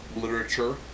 literature